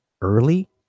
early